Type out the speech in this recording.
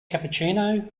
cappuccino